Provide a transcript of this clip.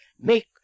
make